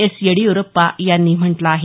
S Yediyurappa यांनी म्हटल आहे